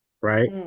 right